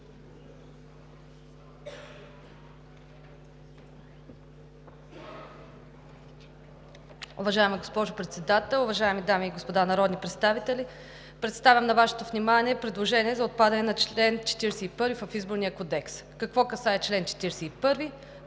Уважаема госпожо Председател, уважаеми дами и господа народни представители! Представям на Вашето внимание предложението за отпадане на чл. 41 от Изборния кодекс. Какво касае чл. 41?